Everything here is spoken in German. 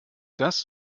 das